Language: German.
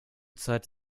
zeit